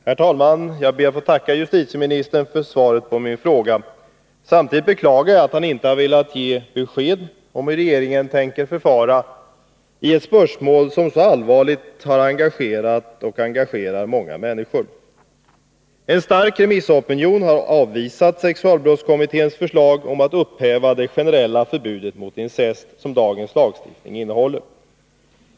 Herr talman! Jag ber att få tacka justitieministern för svaret på min fråga. Samtidigt beklagar jag att han inte har velat ge besked om hur regeringen tänker förfara i ett spörsmål, som så allvarligt har engagerat och engagerar många människor. En stark remissopinion har avvisat sexualbrottskommitténs förslag om att upphäva det generella förbud mot incest som dagens lagstiftning innehåller.